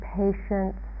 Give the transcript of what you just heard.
patience